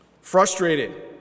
Frustrated